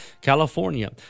California